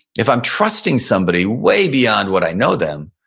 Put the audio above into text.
if i'm trusting somebody way beyond what i know them,